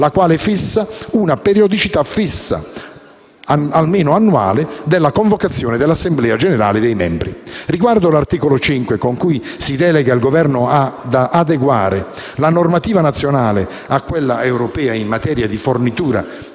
la quale stabilisce una periodicità fissa, almeno annuale, della convocazione dell'assemblea generale dei membri. Riguardo all'articolo 5, con cui si delega il Governo ad adeguare la normativa nazionale a quella europea in materia di fornitura